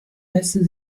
messen